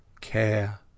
care